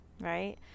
Right